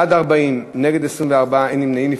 בעד, 40, נגד, 24, אין נמנעים.